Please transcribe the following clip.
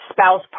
spouse